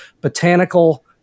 botanical